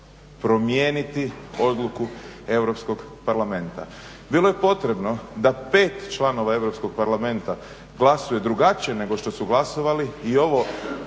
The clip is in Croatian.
promijeniti odluku Europsko parlamenta. Bilo je potrebno da 5 članova Europskog parlamenta glasuje drugačije nego što su glasovali i ovo